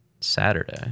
Saturday